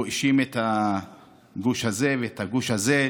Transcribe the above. הוא האשים את הגוש הזה ואת הגוש הזה,